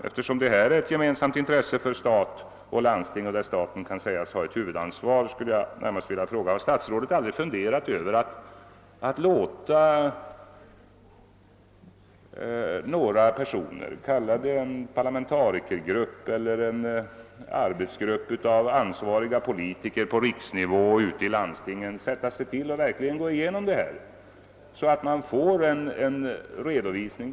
Eftersom detta är ett gemensamt intresse för stat och landsting, där staten kan sägas ha ett huvudansvar, skulle jag vilja fråga: Har statsrådet aldrig funderat över att låta några personer — kalla det en parlamentarikergrupp eller en arbetsgrupp av ansvariga politiker på riksnivå och ute i landstingen — verkligen få gå igenom detta, så att vi får en redovisning?